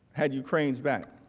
had ukraine's back.